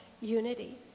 unity